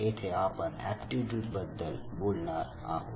येथे आपण एप्टीट्यूड बद्दल बोलणार आहोत